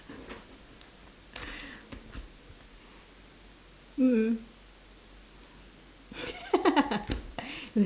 mm